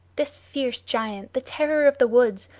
this fierce giant, the terror of the woods,